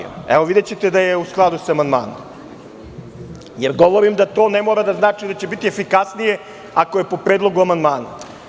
Evo videćete da ima veze sa amandmanom, jer govorim da to ne mora da znači da će biti efikasnije ako je po predlogu amandmana.